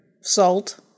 salt